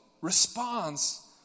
responds